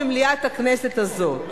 במליאת הכנסת הזו.